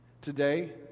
Today